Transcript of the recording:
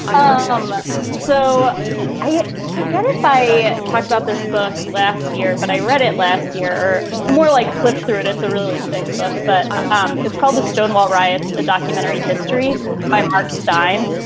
um so i forget if i talked about this book last year, but i read it last year or more like flipped through it. it's a really thick book, but um it's called the stonewall riots, a documentary history my markstein.